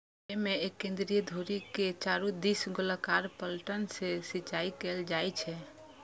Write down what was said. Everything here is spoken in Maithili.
अय मे एक केंद्रीय धुरी के चारू दिस गोलाकार पैटर्न सं सिंचाइ कैल जाइ छै